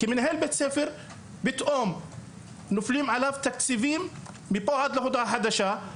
כמנהל בית ספר פתאום נופלים עליו תקציבים מפה עד להודעה חדשה,